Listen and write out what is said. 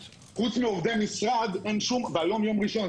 חוץ מעובדי משרד אין שום עובד אצלי בלשכה והיום יום ראשון,